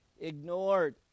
ignored